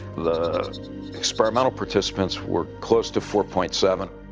the experimental participants were close to four point seven.